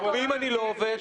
ואם אני לא עובד?